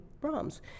Brahms